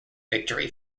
victory